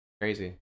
crazy